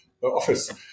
office